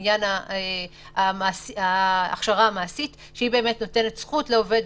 לעניין ההכשרה המעשית שנותנת זכות לעובד,